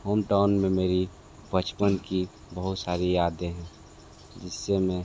hometown में मेरी बचपन की बहुत सारी यादें हैं जिससे मैं